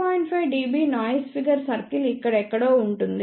5 dB noise figure circle ఇక్కడ ఎక్కడో ఉంటుంది